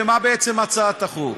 ומה בעצם הצעת החוק.